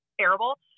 terrible